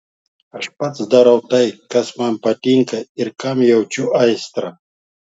aš pats darau tai kas man patinka ir kam jaučiu aistrą